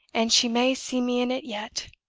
and she may see me in it yet!